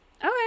okay